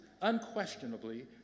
unquestionably